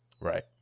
right